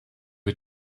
wir